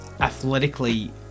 athletically